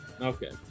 Okay